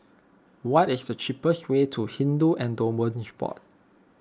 what is the cheapest way to Hindu Endowments Board